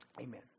Amen